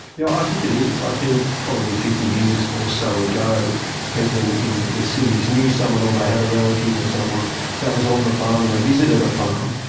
you know i think it is. i think probably fifty years or so ago people in in the cities knew someone or they had a relative or someone that was on the farm and they visited a farm.